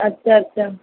اچھا اچھا